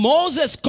Moses